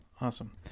Awesome